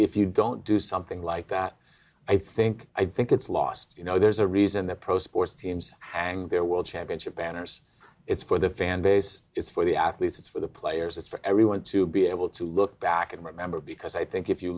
if you don't do something like that i think i think it's lost you know there's a reason the pro sports teams hang their world championship banners it's for the fan base is for the athletes it's for the players it's for everyone to be able to look back and remember because i think if you